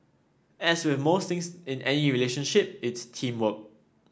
as with most things in any relationship it's teamwork